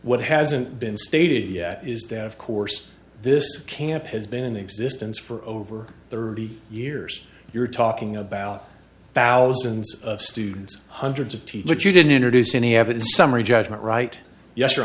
what hasn't been stated yet is that of course this camp has been in existence for over thirty years you're talking about thousands of students hundreds of teachers you didn't introduce any evidence or summary judgment right yes or